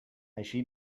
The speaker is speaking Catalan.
així